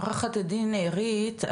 עורכת הדין עירית,